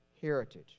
heritage